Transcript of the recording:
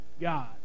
God